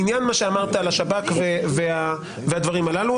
לעניין מה שאמרת על השב"כ והדברים הללו,